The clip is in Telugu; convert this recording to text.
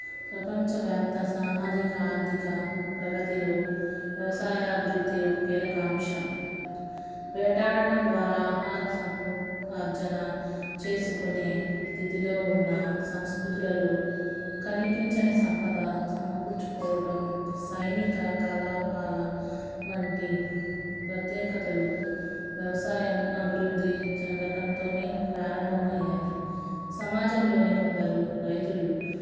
ప్రపంచవ్యాప్త సామాజిక ఆర్థిక ప్రగతిలో వ్యవసాయ అభివృద్ధి ఒక కీలక అంశం వేటాడడం ద్వారా ఆహారసము ఆర్జన చేసుకునే స్థితిలో ఉన్న సంస్కృతులలో కనిపించని సంపద సమకూర్చుకోవడం సైనిక కాలాపాల వంటి ప్రత్యేకతలు వ్యవసాయం అభివృద్ధి చెందటంతోనే ప్రారంభమయ్యాయి సమాజంలోని కొందరు రైతులు